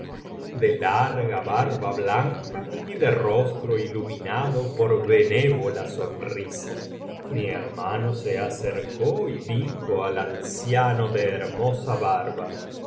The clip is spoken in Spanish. de larga barba blanca y de rostro iluminado por benévola sonrisa mi hermano se acercó y dijo al anciano de la hermosa barba